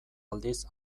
aldiz